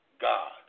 God